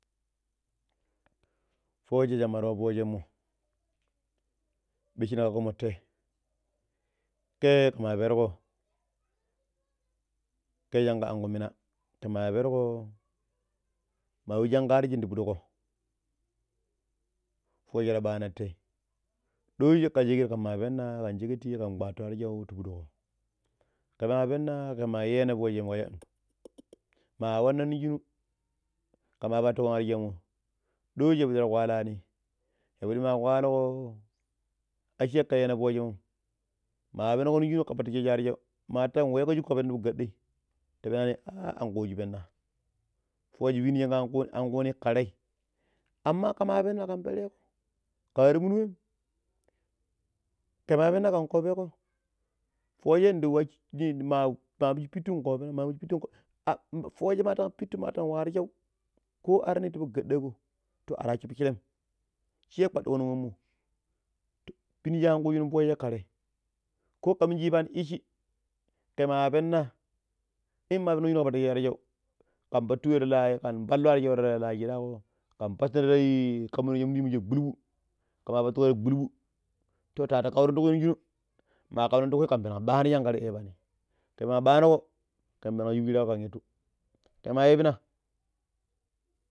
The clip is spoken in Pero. Fooje sammar wa foojei mo, ɓeshe ni kakko tei ke kama perko ke shanka an ku mina ka ma perko ma we shikka arjin ti fuɗuko fooje ta ɓaana te dooji ka sheket kama penna kan sheketii kpaatu arshau ti fudƙo ka ma penna kama yeena foojemmo, ma wanna min shinu kama pattikon airshaumo dooji yapidi ta kwalani yabidi ma kwalago a sai ka yeena foojemmom, ma ipenniko ka patikejesu arshau ma tan weeko shiko ti fok gaddei ta penani aa an kuju penna fooje penijin akuni ka rei. Amm kama penna kan penerego kari mumu wem, kama penna, kan kopeko fooje ndi wa mamu she pittu nkopena ma minu pittu nkopena, fooje ma tan pittu ma tan wa arshan ko ar ni to fuk gadago to ar wasso pishirim sai kpadiko nin wommo. Pinijin a kuuji mi fooje ka tei, ko ka minji ivanin ivipji kama penna in ma penko nin shinu ka pattisheju ar shau, kan patu wai ti la kan pallu arsha tila shirago kan patina ma shaii gbulbul ka ma pattina ta gbulbul to ta atu kaurun ti kui nin shinu ma kum nin ti kui kan billan ɓanon shingar iya ibani ka ma ɓanugo kan ɓillan shufu shiraako kan ittu ka ma ibina.